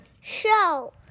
Show